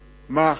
מה?